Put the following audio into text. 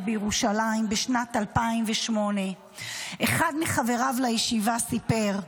בירושלים בשנת 2008. אחד מחבריו לישיבה סיפר: